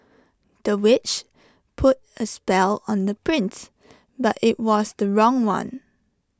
the witch put A spell on the prince but IT was the wrong one